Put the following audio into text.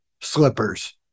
slippers